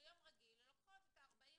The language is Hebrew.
ביום רגיל לוקחות את ה-40